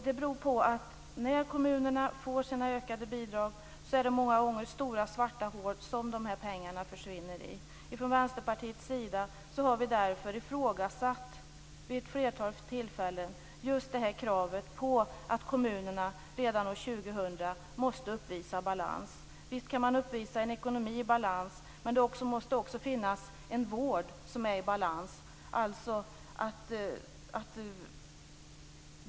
Det beror på att när kommunerna får sina ökade bidrag finns det många gånger stora svarta hål som pengarna försvinner i. Från Vänsterpartiets sida har vi därför vid ett flertal tillfällen ifrågasatt kravet på att kommunerna redan år 2000 måste uppvisa balans. Visst kan man uppvisa en ekonomi i balans, men det måste också finnas en vård i balans.